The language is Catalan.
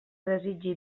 desitgi